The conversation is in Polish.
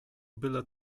byle